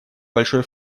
большой